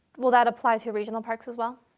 will that apply to regional parks as well?